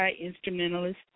instrumentalist